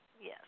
yes